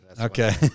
Okay